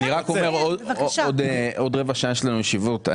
בעוד רבע שעה יש לנו ישיבות.